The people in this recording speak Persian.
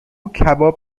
کباب